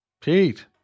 Pete